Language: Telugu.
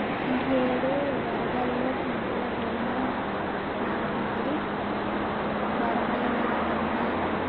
ఇయ్యేడు వరదల్లో పంటల బీమా నాపాలి వరమైనాదన్నా